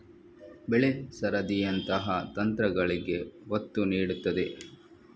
ಬೆಳೆ ಸರದಿಯಂತಹ ತಂತ್ರಗಳಿಗೆ ಒತ್ತು ನೀಡುತ್ತದೆ